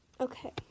Okay